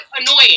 annoying